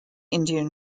indian